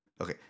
Okay